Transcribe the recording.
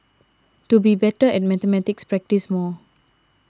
to be better at mathematics practise more